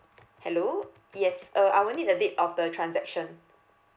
hello yes uh I will need the date of the transaction